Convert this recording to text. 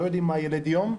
לא יודעים מה ילד יום.